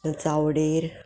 चावडेर